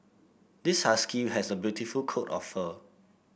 this husky has a beautiful coat of fur